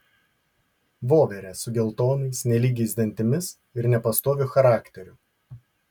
voverę su geltonais nelygiais dantimis ir nepastoviu charakteriu